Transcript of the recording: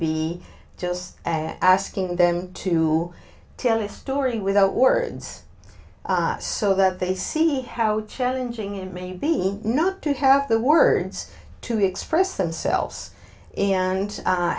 be just ass kicking them to tell a story without words so that they see how challenging it may be not to have the words to express themselves and